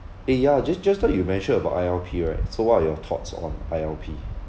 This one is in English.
eh ya just just now you mentioned about I_L_P right so what are your thoughts on I_L_P